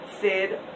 Sid